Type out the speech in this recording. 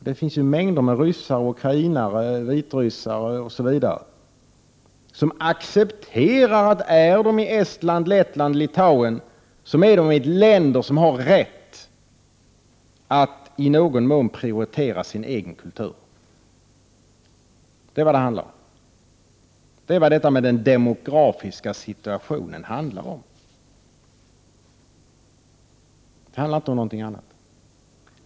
Det finns mängder med ryssar, ukrainare, vitryssar m.fl. som accepterar att om de är i Estland, Lettland eller Litauen så är de i länder som har rätt att i någon mån prioritera sin egen kultur. Det är vad uttalandena om den demografiska situationen handlar om. Det handlar inte om någonting annat.